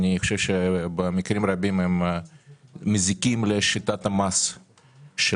אני חושב שבמקרים רבים הם מזיקים לשיטת המס שלנו.